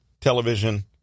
Television